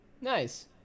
Nice